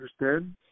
understand